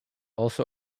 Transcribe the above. also